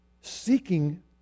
seeking